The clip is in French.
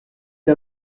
une